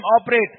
operate